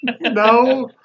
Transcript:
No